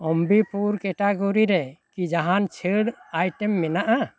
ᱚᱢᱵᱤᱯᱩᱨ category ᱨᱮ ᱠᱤ ᱡᱟᱦᱟᱱ ᱪᱷᱟᱹᱲ ᱟᱭᱴᱮᱢ ᱢᱮᱱᱟᱜᱼᱟ